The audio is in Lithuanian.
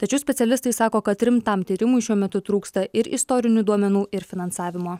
tačiau specialistai sako kad rimtam tyrimui šiuo metu trūksta ir istorinių duomenų ir finansavimo